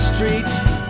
Street's